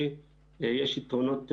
יש יתרונות רבים,